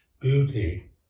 beauty